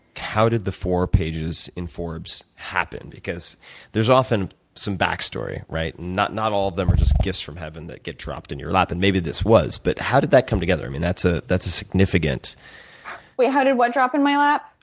how did the four pages in forbes happen? because there's often some back story, right. not not all of them were just gifts from heaven that get dropped in your lap and maybe this was but how did that come together? i mean, that's ah that's a significant wait, how did what drop in my lap?